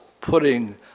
putting